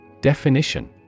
Definition